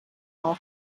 all